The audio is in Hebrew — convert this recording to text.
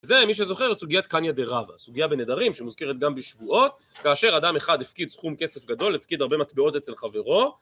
זה, מי שזוכר את סוגיית קניא דה רבא, סוגיה בנדרים, שמוזכרת גם בשבועות, כאשר אדם אחד הפקיד סכום כסף גדול, הפקיד הרבה מטבעות אצל חברו,